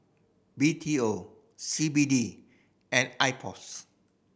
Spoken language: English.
B T O C B D and IPOS